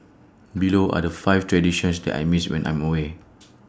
below are the five traditions that I miss when I'm away